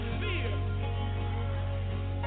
fear